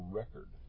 record